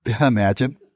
imagine